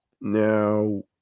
now